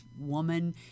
woman